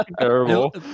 terrible